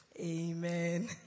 Amen